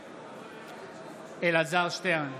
בעד אלעזר שטרן,